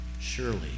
surely